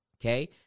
okay